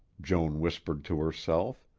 joan whispered to herself,